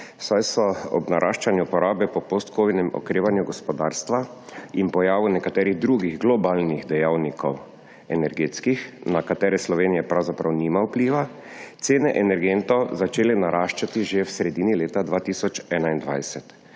saj so ob naraščanju porabe po postkovidnem okrevanju gospodarstva in pojavu nekaterih drugih globalnih energetskih dejavnikov, na katere Slovenija pravzaprav nima vpliva, cene energentov začele naraščati že v sredini leta 2021.